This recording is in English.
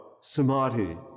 samadhi